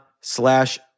slash